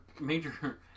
major